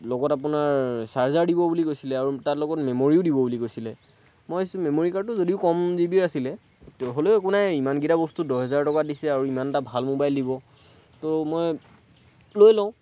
লগত আপোনাৰ চাৰ্জাৰ দিব বুলি কৈছিলে আৰু তাৰ লগত মেমৰীও দিব বুলি কৈছিলে মই ভাবিছোঁ মেমৰি কাৰ্ডটো যদিও কম জিবি আছিলে হ'লেও একো নাই ইমানকেইটা বস্তু দহ হেজাৰ টকাত দিছে আৰু ইমান এটা ভাল ম'বাইল দিব তো মই লৈ লওঁ